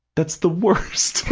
that's the worst.